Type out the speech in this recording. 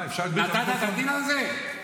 נתת את הדין על זה?